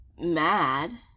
mad